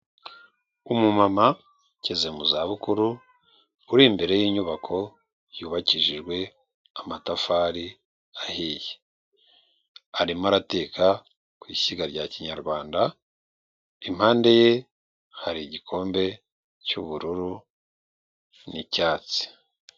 Umumama ugeze mu za bukuru uri imbere y'inyubako yubakishijwe amatafari ahiye, arimo arateka ku ishyiga rya kinyarwanda, impande ye hari igikombe cy'ubururu n'icyatsi.